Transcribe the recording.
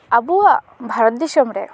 ᱟᱵᱚᱣᱟᱜ ᱵᱷᱟᱨᱚᱛ ᱫᱤᱥᱚᱢ ᱨᱮ